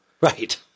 Right